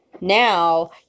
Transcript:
Now